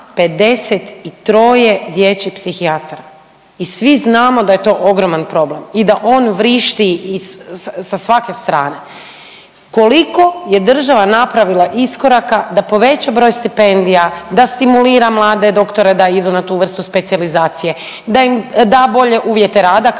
53 dječjih psihijatara i svi znamo da je to ogroman problem i da on vrišti sa svake strane. Koliko je država napravila iskoraka da poveća broj stipendija, da stimulira mlade doktore da idu na tu vrstu specijalizacije, da im da bolje uvjete rada kako bi